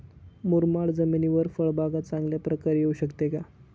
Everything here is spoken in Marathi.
मुरमाड जमिनीवर फळबाग चांगल्या प्रकारे येऊ शकते का?